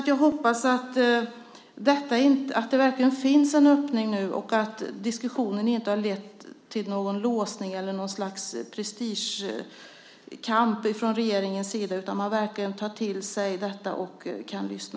Jag hoppas att det verkligen finns en öppning nu och att diskussionen inte har lett till någon låsning eller något slags prestigekamp från regeringens sida utan att man verkligen tar till sig detta och kan lyssna.